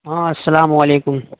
ہاں السلام علیکم